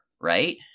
right